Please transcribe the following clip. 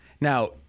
Now